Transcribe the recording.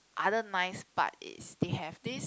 other nice part is they have this